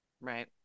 Right